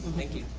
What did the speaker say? thank you.